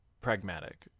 pragmatic